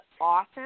awesome